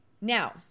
Now